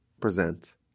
present